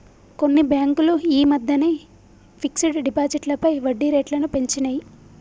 కొన్ని బ్యేంకులు యీ మద్దెనే ఫిక్స్డ్ డిపాజిట్లపై వడ్డీరేట్లను పెంచినియ్